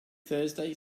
thursday